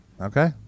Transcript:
Okay